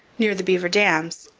near the beaver dams,